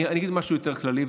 אני אגיד משהו יותר כללי,